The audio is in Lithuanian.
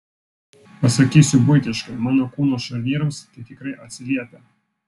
pasakysiu buitiškai mano kūno šarnyrams tai tikrai atsiliepia